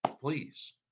please